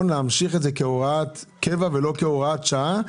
להמשיך את זה כהוראת קבע ולא כהוראת שעה?